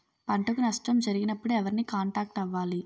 పంటకు నష్టం జరిగినప్పుడు ఎవరిని కాంటాక్ట్ అవ్వాలి?